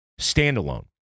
standalone